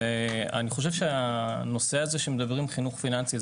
אני חושב שהנושא הזה שמדברים חינוך פיננסי,